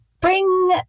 bring